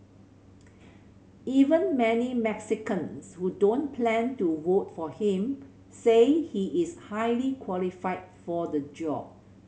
even many Mexicans who don't plan to vote for him say he is highly qualified for the job